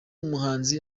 muhanzi